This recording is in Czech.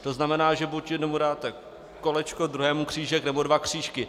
To znamená, že buď jednomu dáte kolečko, druhému křížek, nebo dva křížky.